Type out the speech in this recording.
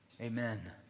Amen